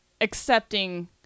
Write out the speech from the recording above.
accepting